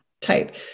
type